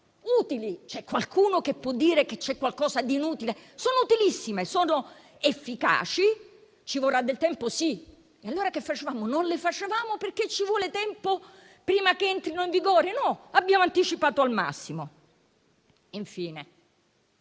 utili. C'è qualcuno che può dire che c'è qualcosa di inutile? Sono utilissime, sono efficaci; ci vorrà del tempo, è vero, ma allora non le facevamo perché ci vuole tempo prima che entrino in vigore? Invece abbiamo anticipato al massimo. Infine,